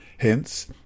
Hence